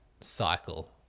cycle